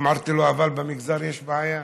אמרתי לו: אבל במגזר יש בעיה,